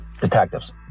detectives